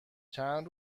چند